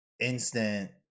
instant